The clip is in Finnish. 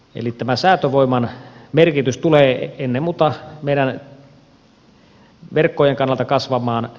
eli tämä säätövoiman merkitys tulee ennen muuta meidän verkkojen kannalta kasvamaan